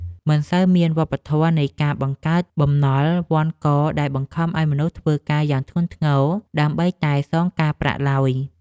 មិនសូវមានវប្បធម៌នៃការបង្កើតបំណុលវណ្ឌកដែលបង្ខំឱ្យមនុស្សធ្វើការយ៉ាងធ្ងន់ធ្ងរដើម្បីតែសងការប្រាក់ឡើយ។